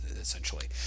essentially